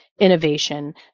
innovation